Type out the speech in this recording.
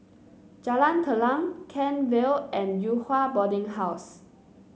Jalan Telang Kent Vale and Yew Hua Boarding House